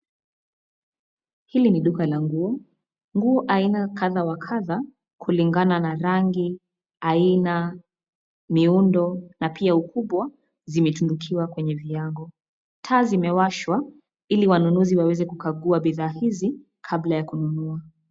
Hili ni duka la nguo; nguo aina kadha wa kadha kulingana na rangi, aina, miundo na pia ukubwa zimetundukiwa kwenye viango. Taa zimewashwa ili wanunuzi waweze kukagua bidhaa hizi kabla ya kununua.